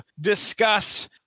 discuss